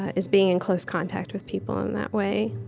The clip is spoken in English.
is being in close contact with people in that way.